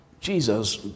Jesus